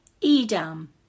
Edam